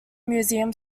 museum